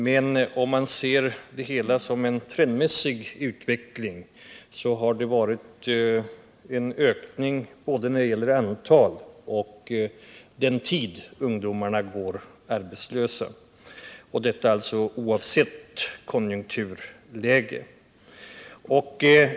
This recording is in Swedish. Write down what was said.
Men om man ser på trenden i utvecklingen finner man att det varit en ökning av både antalet arbetslösa ungdomar och den tid de går arbetslösa — detta alltså oavsett konjunkturläge.